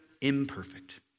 imperfect